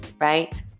right